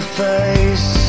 face